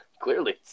Clearly